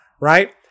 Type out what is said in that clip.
right